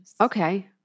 Okay